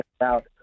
out